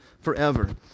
forever